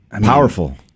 powerful